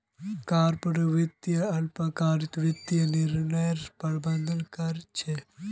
corporate वित्त अल्पकालिक वित्तीय निर्णयर प्रबंधन कर छे